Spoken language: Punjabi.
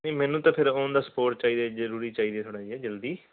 ਨਹੀਂ ਮੈਨੂੰ ਤਾਂ ਫਿਰ ਓਨ ਦਾ ਸਪੋਰਟ ਚਾਹੀਦਾ ਜ਼ਰੂਰੀ ਚਾਹੀਦਾ ਥੋੜ੍ਹਾ ਜਿਹਾ ਜਲਦੀ